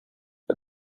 but